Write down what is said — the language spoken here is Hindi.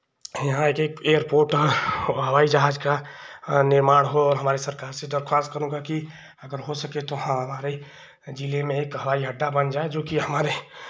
यहाँ एक एक एयरपोर्ट आ हवाई जहाज का निर्माण हो और हमारे सरकार से दरख्वास्त करूंगा कि अगर हो सके तो हाँ हमारे जिले में एक हवाई अड्डा बन जाए जोकि हमारे